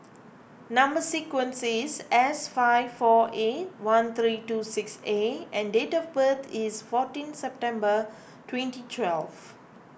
Number Sequence is S five four eight one three two six A and date of birth is fourteen September twenty twelve